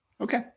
Okay